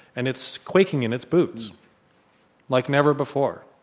and it's quaking in its boots like never before.